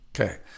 Okay